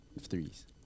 threes